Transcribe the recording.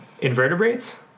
Invertebrates